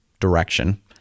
direction